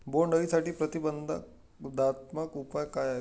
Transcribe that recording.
बोंडअळीसाठी प्रतिबंधात्मक उपाय काय आहेत?